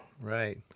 Right